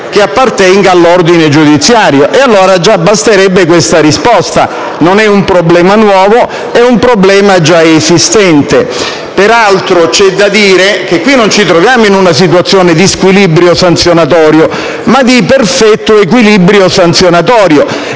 che appartiene all'ordine giudiziario. Già basterebbe questa risposta. Non è un problema nuovo, ma un problema già esistente. Peraltro, c'è da dire che non ci troviamo in una situazione di squilibrio sanzionatorio, ma di perfetto equilibrio sanzionatorio.